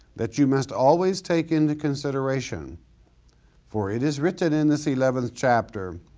that you must always take into consideration for it is written in this eleventh chapter,